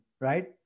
right